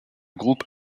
groupe